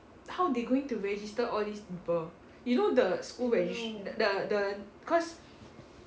how they going to register all these people you know the school regist~ the the cause